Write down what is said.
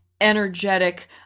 energetic